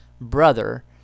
brother